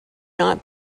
not